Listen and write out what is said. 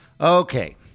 okay